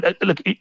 look